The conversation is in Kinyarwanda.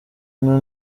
umwe